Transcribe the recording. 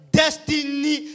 destiny